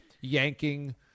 yanking